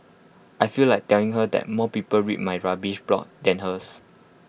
I feel like telling her that more people read my rubbish blog than hers